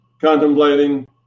contemplating